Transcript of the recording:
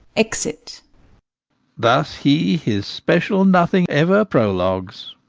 exit thus he his special nothing ever prologues.